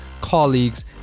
colleagues